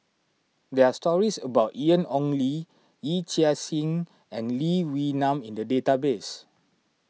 there are stories about Ian Ong Li Yee Chia Hsing and Lee Wee Nam in the database